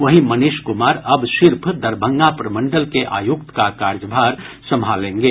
वहीं मनीष कुमार अब सिर्फ दरभंगा प्रमंडल के आयुक्त का कार्यभार संभालेंगे